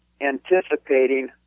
anticipating